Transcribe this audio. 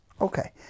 Okay